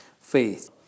faith